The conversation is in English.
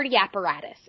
apparatus